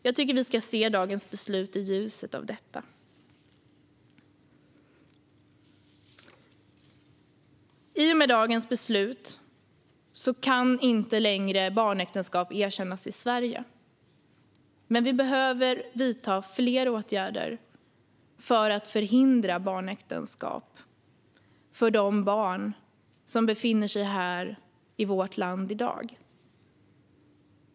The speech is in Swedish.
Jag tycker att vi ska se beslutet i dag i ljuset av det. I och med beslutet i dag kommer barnäktenskap inte längre att kunna erkännas i Sverige. Men vi behöver vidta fler åtgärder för att förhindra barnäktenskap för de barn som befinner sig här, i vårt land, i dag.